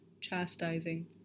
Chastising